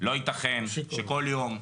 לא ייתכן שכל יום,